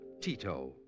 Tito